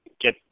get